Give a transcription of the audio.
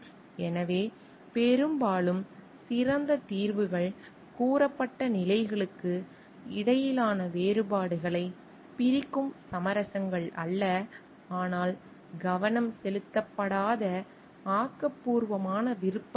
எனவே பெரும்பாலும் சிறந்த தீர்வுகள் கூறப்பட்ட நிலைகளுக்கு இடையிலான வேறுபாடுகளைப் பிரிக்கும் சமரசங்கள் அல்ல ஆனால் கவனம் செலுத்தப்படாத ஆக்கபூர்வமான விருப்பங்கள்